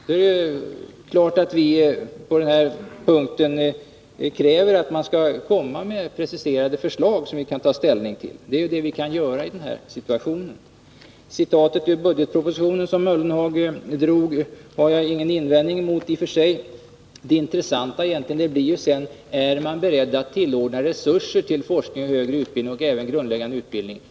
Då kräver vi naturligtvis att man på den här punkten skall lägga fram preciserade förslag som vi kan ta ställning till. Det är vad vi kan göra i denna situation. Citatet ur budgetpropositionen, som Jörgen Ullenhag läste upp, har jag i och för sig ingen invändning mot. Det intressanta blir egentligen: Är man beredd att ordna resurser för forskning och högre utbildning och även grundläggande utbildning?